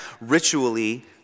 ritually